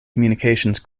communications